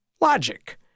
Logic